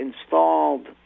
installed